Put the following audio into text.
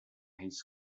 his